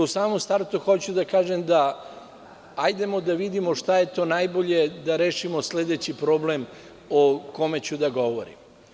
U samom startu hoću da kažem da hajde da vidimo šta je to najbolje da rešimo sledeći problem o kome ću da govorim.